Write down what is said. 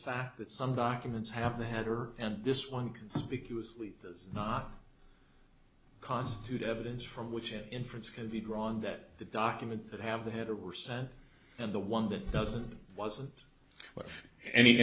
fact that some documents have the header and this one conspicuously does not constitute evidence from which an inference can be drawn that the documents that have the header were sent and the one that doesn't wasn't